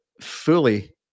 fully